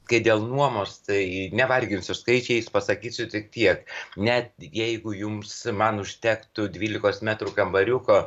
kai dėl nuomos tai nevarginsiu skaičiais pasakysiu tik tiek net jeigu jums man užtektų dvylikos metrų kambariuko